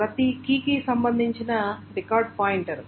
ప్రతి కీకి సంబంధించిన రికార్డ్ పాయింటర్